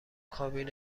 کابین